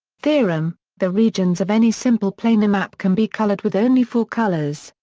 theorem the regions of any simple planar map can be colored with only four colors,